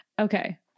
Okay